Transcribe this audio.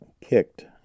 kicked